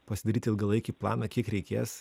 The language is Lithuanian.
pasidaryti ilgalaikį planą kiek reikės